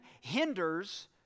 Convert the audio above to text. hinders